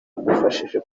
yamufashije